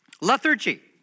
lethargy